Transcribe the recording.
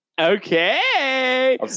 okay